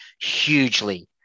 hugely